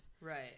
Right